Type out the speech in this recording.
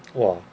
!wah!